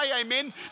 amen